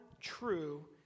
true